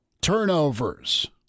turnovers